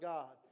God